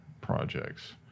projects